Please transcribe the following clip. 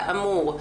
כאמור,